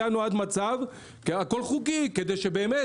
הגענו עד מצב שהכול חוקי כדי שבאמת